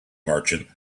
merchant